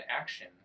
action